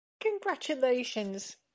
Congratulations